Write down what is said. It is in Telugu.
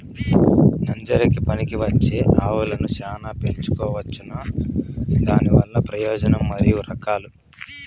నంజరకి పనికివచ్చే ఆవులని చానా పెంచుకోవచ్చునా? దానివల్ల ప్రయోజనం మరియు రకాలు?